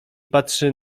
patrzy